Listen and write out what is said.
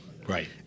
Right